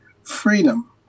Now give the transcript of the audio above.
freedom